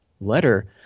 letter